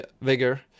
Vigor